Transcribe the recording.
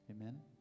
Amen